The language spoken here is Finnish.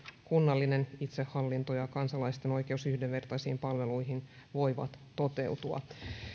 kunnallinen itsehallinto ja kansalaisten oikeus yhdenvertaisiin palveluihin voivat toteutua